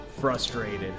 Frustrated